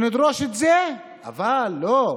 שנדרוש את זה, אבל לא,